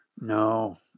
No